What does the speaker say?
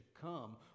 come